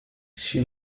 she